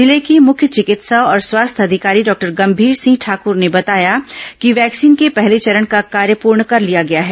जिले के मुख्य चिकित्सा और स्वास्थ्य अधिकारी डॉक्टर गंमीर सिंह ठाकूर ने बताया कि वैक्सीन के पहले चरण का कार्य पूर्ण कर लिया गया है